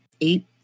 eight